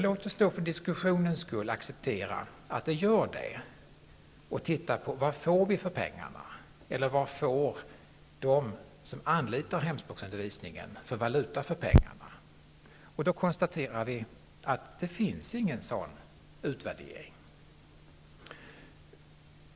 Låt oss då för diskussionens skull acceptera att det gör det och i stället titta på vad vi får för pengarna och vad de som anlitar hemspråksundervisningen får för valuta för pengarna. Då konstaterar vi att det inte finns någon utvärdering gjord.